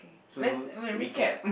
K let's re~ recap